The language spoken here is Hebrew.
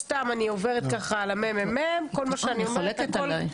אני חולקת עלייך.